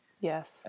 Yes